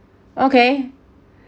okay